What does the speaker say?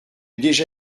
déjà